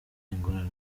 ingorane